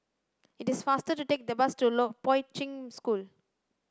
it is faster to take the bus to Long Poi Ching School